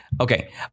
Okay